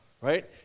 right